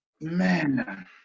Man